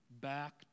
back